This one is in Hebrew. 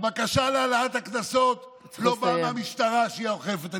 הבקשה להעלאת הקנסות לא באה מהמשטרה, שהיא האוכפת.